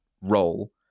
role